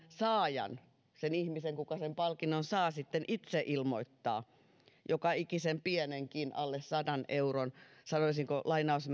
saajan sen ihmisen joka sen palkinnon saa olisikin pitänyt sitten itse ilmoittaa se palkinto joka ikinen pienikin alle sadan euron sanoisinko